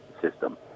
system